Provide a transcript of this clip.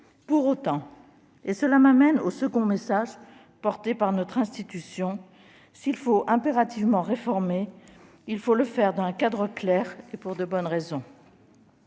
Pour autant- cela m'amène au second message porté par notre institution -, s'il faut impérativement réformer, il faut le faire dans un cadre clair et pour de bonnes raisons.